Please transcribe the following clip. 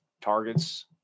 targets